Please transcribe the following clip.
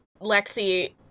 Lexi